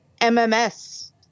MMS